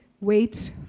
wait